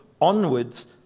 onwards